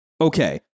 Okay